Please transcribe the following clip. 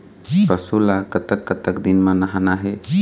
पशु ला कतक कतक दिन म नहाना हे?